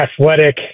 athletic